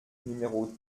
numéros